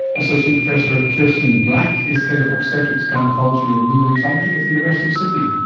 associate professor kirsten black is head of obstetrics, gynaecology and neonatology at the university of sydney